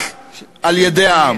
רק על-ידי העם.